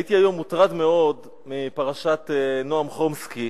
הייתי מוטרד מאוד היום מפרשת נועם חומסקי,